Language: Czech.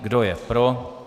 Kdo je pro?